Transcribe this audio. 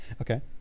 Okay